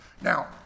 Now